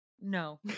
No